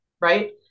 Right